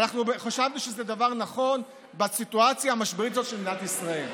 ואנחנו חשבנו שזה דבר נכון בסיטואציה המשברית הזאת של מדינת ישראל.